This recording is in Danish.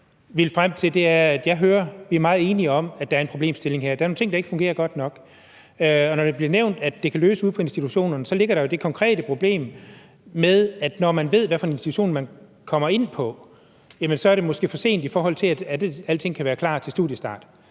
vi er meget enige om, at der er en problemstilling her. Der er nogle ting, der ikke fungerer godt nok. Det bliver nævnt, at det kan løses ude på institutionerne, men der ligger jo det konkrete problem, at når man ved, hvilken institution man kommer ind på, så er det måske for sent, i forhold til at alting kan være klar til studiestart.